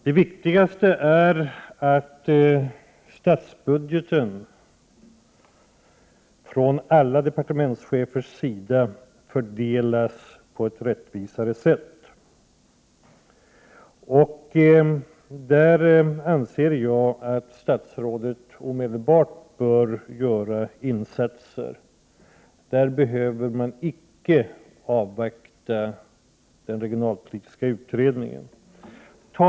Det viktigaste är att alla statsråd fördelar statsbudgeten på ett mera rättvist sätt. Där anser jag att statsrådet omedelbart bör göra insatser — där behöver man icke avvakta den regionalpolitiska utredningens resultat.